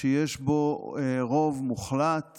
שיש בו רוב מוחלט